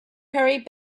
hurried